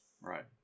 Right